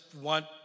want